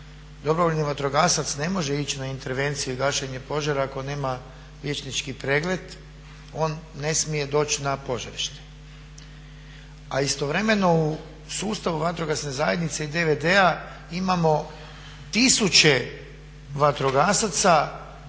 dobrovoljni vatrogasac ne može ići na intervenciju i gašenje požara ako nema liječnički pregled, on ne smije doći na požarište. A istovremeno u sustavu vatrogasne zajednice i DVD-a imamo tisuće vatrogasaca,